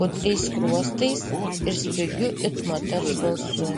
putliais skruostais ir spigiu it moters balsu